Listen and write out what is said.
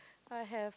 I have